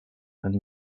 and